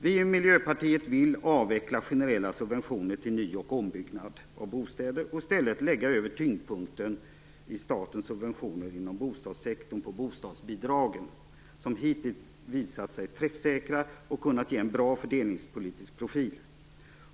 Vi i Miljöpartiet vill avveckla generella subventioner till ny och ombyggnad av bostäder och i stället lägga tyngdpunkten i statens subventioner inom bostadssektorn på bostadsbidragen, som hittills visat sig träffsäkra och som kunnat ge en bra fördelningspolitisk profil.